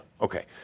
Okay